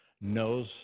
knows